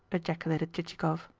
ejaculated chichikov.